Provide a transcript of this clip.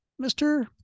Mr